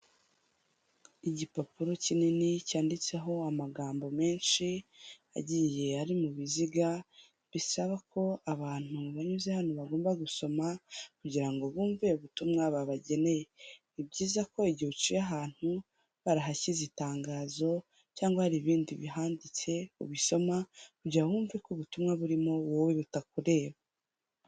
Igipapuro kinini cyanditseho amagambo menshi agiye ari mu biziga, bisaba ko abantu banyuze hano bagomba gusoma, kugira ngo bumve ubutumwa babageneye, ni byiza ko igihe uciye ahantu barahashyize itangazo, cyangwa hari ibindi bihanditse, ubisoma kugira ngo wumve ko ubutumwa burimo wowe butakureba.